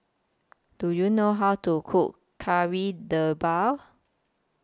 Do YOU know How to Cook Kari Debal